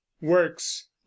works